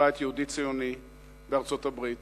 מבית יהודי-ציוני בארצות-הברית,